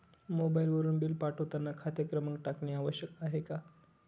मोबाईलवरून बिल पाठवताना खाते क्रमांक टाकणे आवश्यक आहे का?